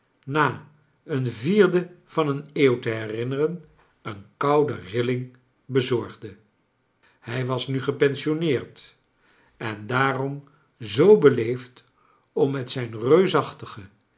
na een vierde van een eeuw te lierinneren een koude rilling bezorgde hij was mi gepensionneerd en daarom zoo beleefd om met zijn reusachtige